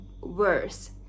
worse